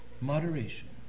moderation